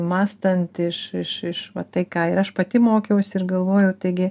mąstant iš iš iš va tai ką ir aš pati mokiausi ir galvojau taigi